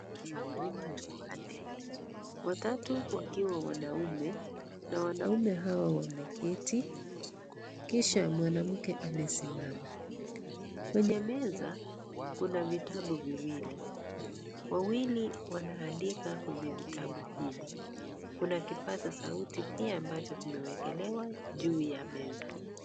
Hawa ni watu wanne watatu wakiwa wanaume na wanaume hawa wameketi kisha mwanamke amesimama. Kwenye meza kuna vitabu viwili, wawili wanaandika kwenye vitabu hivi, kuna kipaza sauti pia kimeekelewa juu ya meza.